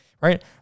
right